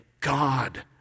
God